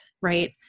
right